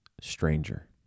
stranger